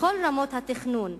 בכל רמות התכנון,